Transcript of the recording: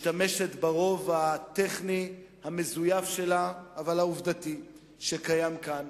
משתמשת ברוב הטכני המזויף אבל העובדתי שקיים כאן